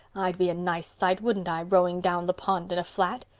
i'd be a nice sight, wouldn't i, rowing down the pond in a flat?